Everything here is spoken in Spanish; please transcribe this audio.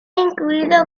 incluida